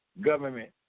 government